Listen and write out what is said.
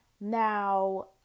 Now